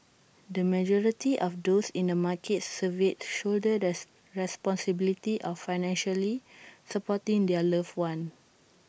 the majority of those in the markets surveyed shoulder thus responsibility of financially supporting their loved ones